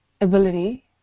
ability